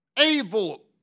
evil